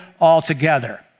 altogether